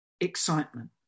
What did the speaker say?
excitement